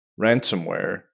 ransomware